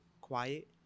quiet